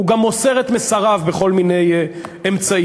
הוא גם מוסר את מסריו בכל מיני אמצעים,